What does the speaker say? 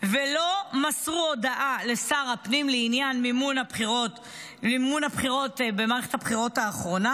ולא מסרו הודעה לשר הפנים לעניין מימון הבחירות במערכת הבחירות האחרונה,